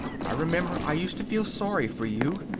i remember i used to feel sorry for you.